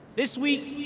this week,